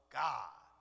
god